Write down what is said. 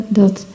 dat